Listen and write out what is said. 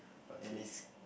and is